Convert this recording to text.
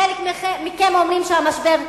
חלק מכם אומרים שהמשבר חלף,